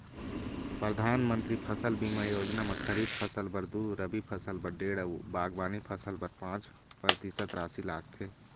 परधानमंतरी फसल बीमा योजना म खरीफ फसल बर दू, रबी फसल बर डेढ़ अउ बागबानी फसल बर पाँच परतिसत रासि लागथे